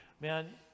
Man